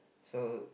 so